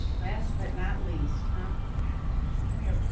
last, but not least. ah come here,